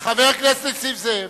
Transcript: חבר הכנסת נסים זאב.